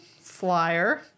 Flyer